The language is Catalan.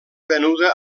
venuda